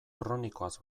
kronikoaz